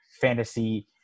fantasy